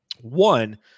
One